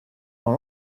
dans